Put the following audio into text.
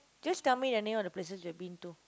just tell me a name of the places you have been to